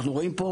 אנחנו רואים פה